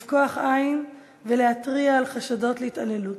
לפקוח עין ולהתריע על חשדות להתעללות.